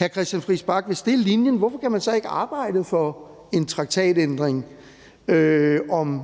hr. Christian Friis Bach, hvorfor kan man så ikke arbejde for en traktatændring om